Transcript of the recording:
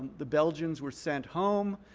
the belgians were sent home.